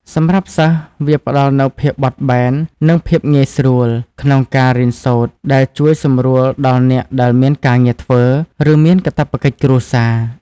សម្រាប់សិស្ស វាផ្តល់នូវ ភាពបត់បែន និងភាពងាយស្រួល ក្នុងការរៀនសូត្រ ដែលជួយសម្រួលដល់អ្នកដែលមានការងារធ្វើ ឬមានកាតព្វកិច្ចគ្រួសារ។